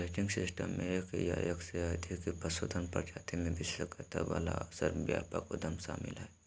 ranching system मे एक या एक से अधिक पशुधन प्रजाति मे विशेषज्ञता वला श्रमव्यापक उद्यम शामिल हय